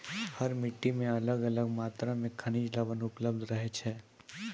हर मिट्टी मॅ अलग अलग मात्रा मॅ खनिज लवण उपलब्ध रहै छै